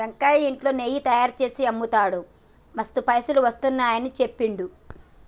వెంకయ్య ఇంట్లో నెయ్యి తయారుచేసి అమ్ముతాడు మస్తు పైసలు వస్తున్నాయని చెప్పిండు